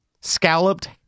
Scalloped